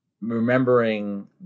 remembering